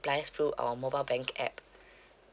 ~ply through our mobile bank app